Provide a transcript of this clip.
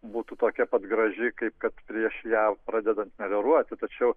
būtų tokia pat graži kaip kad prieš ją pradedant melioruoti tačiau